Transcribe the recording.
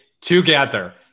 together